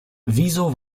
wieso